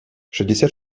шестьдесят